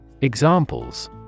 Examples